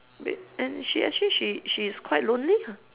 and she actually she she's quite lonely